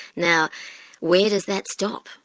now where does that stop?